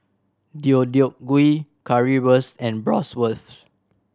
Deodeok Gui Currywurst and Bratwurst